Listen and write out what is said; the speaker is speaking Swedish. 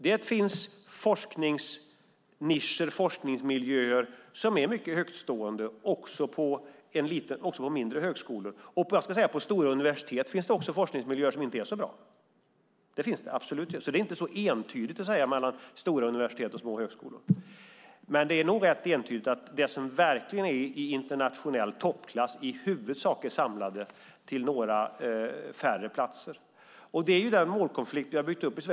Det finns forskningsnischer och forskningsmiljöer som är mycket högtstående också på mindre högskolor. På stora universitet finns det också forskningsmiljöer som inte är så bra. Det är alltså inte så entydigt i fråga om skillnaden mellan stora universitet och små högskolor. Men det är nog rätt entydigt att det som verkligen är i internationell toppklass i huvudsak är samlat på färre platser. Det är denna målkonflikt som vi har byggt upp i Sverige.